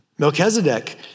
Melchizedek